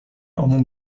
عموم